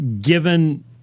given